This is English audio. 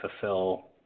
fulfill